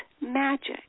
magic